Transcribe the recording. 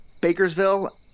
Bakersville